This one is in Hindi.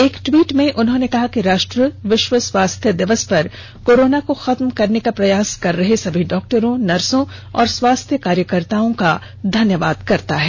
एक ट्वीट में उन्होंने कहा कि राष्ट्र विश्व स्वास्थ्य दिवस पर कोरोना को खत्म करने का प्रयास कर रहे सभी डॉक्टरों नर्सो और स्वास्थ्य कार्यकर्ताओं का धन्यवाद करता है